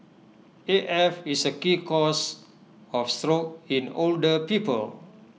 A F is A key cause of stroke in older people